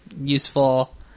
useful